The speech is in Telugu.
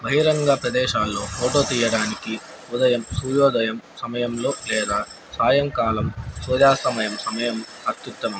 బహిరంగ ప్రదేశాల్లో ఫోటో తీయడానికి ఉదయం సూర్యోదయం సమయంలో లేదా సాయంకాలం సూర్యాస్తమయం సమయం అత్యుత్తమం